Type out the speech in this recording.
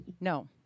no